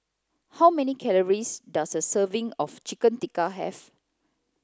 how many calories does a serving of Chicken Tikka have